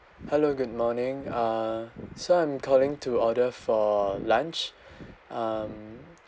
hello good morning uh so I'm calling to order for lunch um